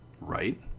right